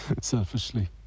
Selfishly